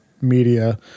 media